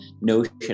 notion